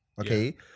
Okay